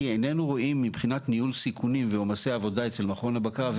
כי איננו רואים מבחינת ניהול סיכונים ועומסי עבודה אצל מכון הבקרה,